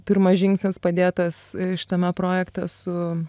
pirmas žingsnis padėtas šitame projekte su